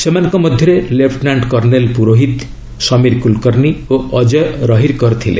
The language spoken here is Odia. ସେମାନଙ୍କ ମଧ୍ୟରେ ଲେପୁନାଣ୍ଟ କର୍ଣ୍ଣେଲ୍ ପୁରୋହିତ ସମୀର କୁଲକର୍ଣ୍ଣ ଓ ଅଜୟ ରହିରକର ଥିଲେ